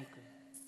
אוקיי.